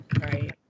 right